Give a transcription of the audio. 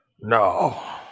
no